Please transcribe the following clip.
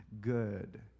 good